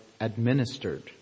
administered